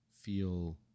feel